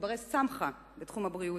מבני-סמכא בתחום הבריאות,